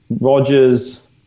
Rodgers